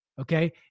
Okay